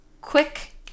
quick